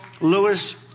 Lewis